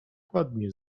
ładnie